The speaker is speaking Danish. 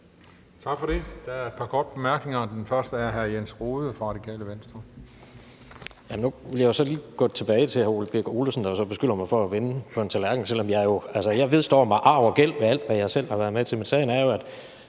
Tak for det. Der er et par korte bemærkninger, og den første er fra hr. Jens Rohde, Radikale Venstre. Kl. 13:24 Jens Rohde (RV): Nu vil jeg så lige gå tilbage til hr. Ole Birk Olesen, der beskylder mig for at vende på en tallerken, selv om jeg vedstår mig arv og gæld i alt, hvad jeg selv har været med til. Men sagen er jo, at